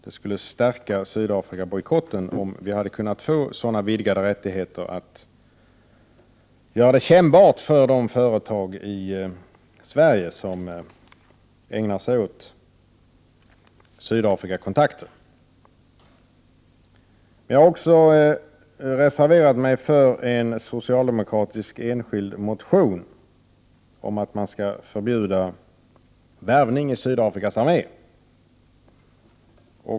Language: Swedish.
Det skulle stärka Sydafrikabojkotten, om vi hade kunnat få sådana vidgade rättigheter att göra det kännbart för de företag i Sverige som ägnar sig åt Sydafrikakontakter. Jag har också reserverat mig för en socialdemokratisk enskild motion om att man skall förbjuda att svenska medborgare tar värvning i Sydafrikas armé.